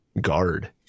guard